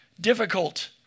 difficult